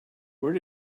where